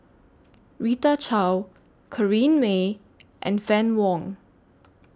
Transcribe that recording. Rita Chao Corrinne May and Fann Wong